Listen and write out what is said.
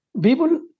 People